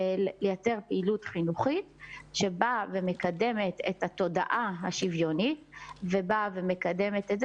לייצר פעילות חינוכית שמקדמת את התודעה השוויונית ומקדמת את זה